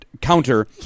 counter